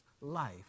life